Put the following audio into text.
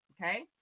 okay